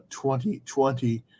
2020